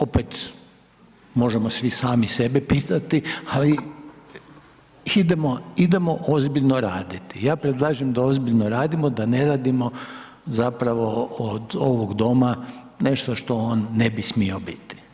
Opet možemo svi sami sebe pitati, ali idemo ozbiljno raditi. ja predlažem da ozbiljno radimo da ne radimo zapravo od ovog Doma nešto što on ne bi smio biti.